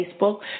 Facebook